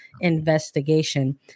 investigation